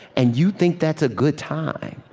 and you think that's a good time.